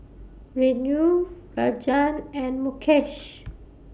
Renu Rajan and Mukesh